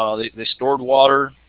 um they they stored water,